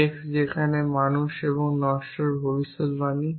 x যেখানে মানুষ এবং নশ্বর ভবিষ্যদ্বাণী